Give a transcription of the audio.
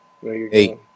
Hey